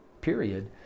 period